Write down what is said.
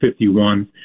51